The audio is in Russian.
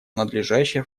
надлежащее